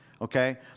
Okay